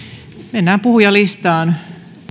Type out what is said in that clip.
mennään puhujalistaan